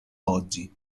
oggi